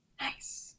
Nice